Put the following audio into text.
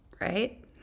Right